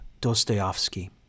Dostoevsky